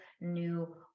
new